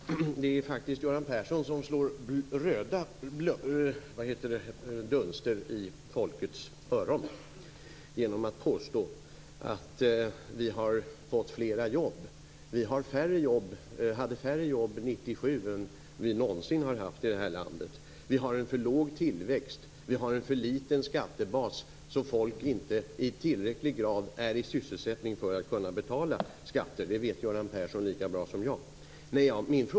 Herr talman! Det är faktiskt Göran Persson som slår röda dunster i folkets öron genom att påstå att vi har fått fler jobb. Vi hade färre jobb år 1997 än vad vi någonsin har haft i det här landet. Vi har en för låg tillväxt. Vi har en för liten skattebas därför att människor inte i tillräcklig grad är i sysselsättning för att kunna betala skatter. Det vet Göran Persson lika bra som jag.